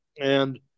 And-